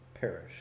perish